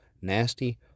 nasty